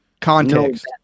context